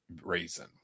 reason